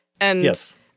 Yes